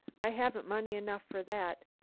i haven't money enough for that,